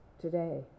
today